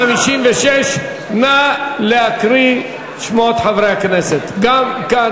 איך, חבר הכנסת ליצמן, שב במקומך.